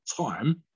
time